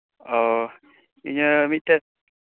ᱚ ᱤᱧᱟᱹᱜ ᱢᱤᱫᱴᱮᱡ